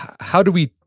how do we,